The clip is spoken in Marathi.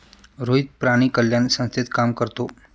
रोहित प्राणी कल्याण संस्थेत काम करतो